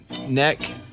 Neck